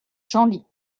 genlis